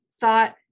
thought